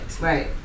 Right